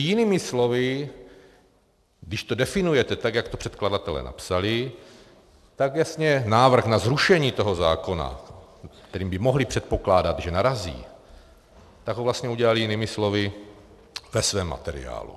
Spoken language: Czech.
Jinými slovy, když to definujete, tak jak to předkladatelé napsali, tak jasně návrh na zrušení toho zákona, kterým by mohli předpokládat, že narazí, udělali vlastně jinými slovy ve svém materiálu.